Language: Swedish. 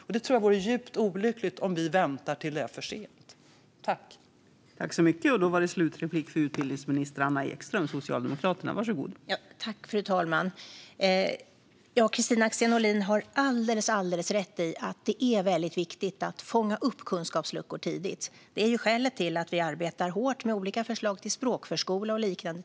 Jag tror att det vore djupt olyckligt om vi väntar tills det är för sent.